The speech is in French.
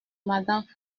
madame